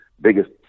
biggest